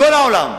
מכל העולם.